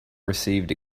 received